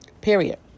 Period